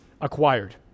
acquired